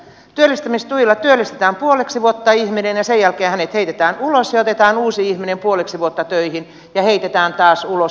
työllistämistuilla työllistetään puoleksi vuodeksi ihminen ja sen jälkeen hänet heitetään ulos ja otetaan uusi ihminen puoleksi vuodeksi töihin ja heitetään taas ulos